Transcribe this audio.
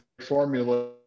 formula